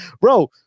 Bro